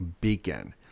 beacon